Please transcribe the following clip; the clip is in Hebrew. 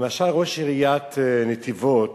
למשל, ראש עיריית נתיבות